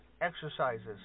exercises